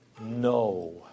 No